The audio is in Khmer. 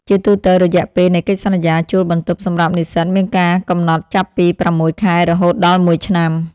ជាទូទៅ រយៈពេលនៃកិច្ចសន្យាជួលបន្ទប់សម្រាប់និស្សិតមានកាលកំណត់ចាប់ពីប្រាំមួយខែរហូតដល់មួយឆ្នាំ។